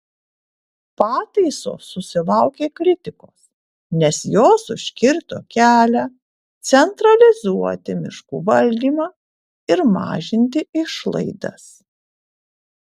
pataisos susilaukė kritikos nes jos užkirto kelią centralizuoti miškų valdymą ir mažinti išlaidas